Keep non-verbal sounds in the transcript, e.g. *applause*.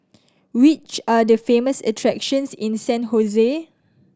which are the famous attractions in San *unintelligible*